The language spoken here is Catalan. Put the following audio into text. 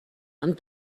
amb